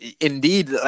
indeed